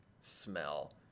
smell